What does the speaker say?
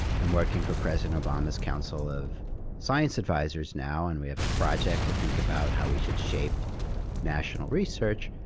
i'm working for president obama's council of science advisors now and we have a project to think about how we should shape national research,